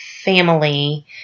family